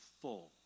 full